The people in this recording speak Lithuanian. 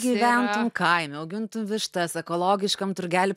gyventum kaime augintum vištas ekologiškam turgely